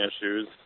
issues